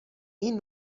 این